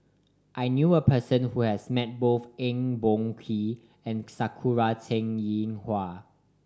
I knew a person who has met both Eng Boh Kee and Sakura Teng Ying Hua